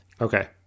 Okay